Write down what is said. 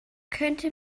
könnte